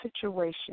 situation